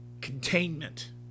containment